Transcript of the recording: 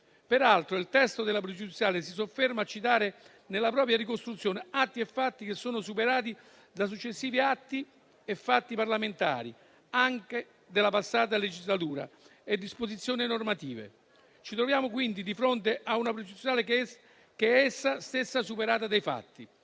Peraltro, il testo della questione pregiudiziale si sofferma a citare nella propria ricostruzione atti e fatti che sono superati da successivi atti e fatti parlamentari, anche della passata legislatura, e disposizioni normative. Ci troviamo quindi di fronte a una questione pregiudiziale che è essa stessa superata dai fatti.